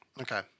Okay